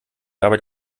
arbeit